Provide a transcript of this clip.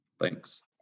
Thanks